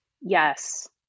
yes